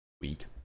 week